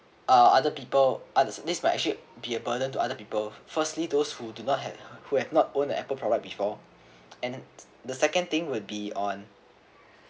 uh other people uh this might actually be a burden to other people firstly those who do not have who have not own a Apple product before and the second thing would be on